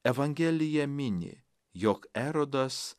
evangelija mini jog erodas